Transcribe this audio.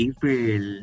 April